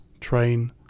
train